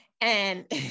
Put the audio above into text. and-